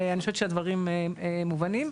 ואני חשובת שהדברים האלה מובנים.